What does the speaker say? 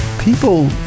people